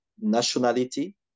nationality